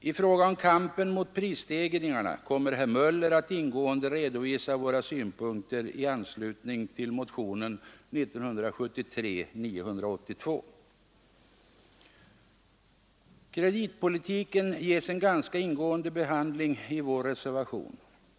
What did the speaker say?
I fråga om kampen mot prisstegringarna kommer herr Möller att ingående redovisa våra synpunkter i anslutning till motionen 1973:982. Kreditpolitiken ges en ganska ingående behandling i vår reservation.